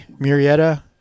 Murrieta